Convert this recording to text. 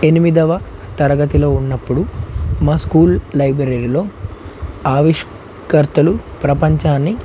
ఎనిమిదవ తరగతిలో ఉన్నప్పుడు మా స్కూల్ లైబ్రరీలో ఆవిష్కర్తలు ప్రపంచాన్ని